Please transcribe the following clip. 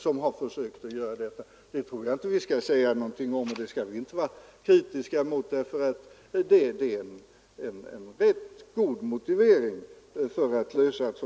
Det tycker jag inte att vi bör vara kritiska emot. Det kan vara en rätt god motivering.